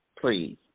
please